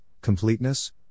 completeness